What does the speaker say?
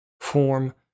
Form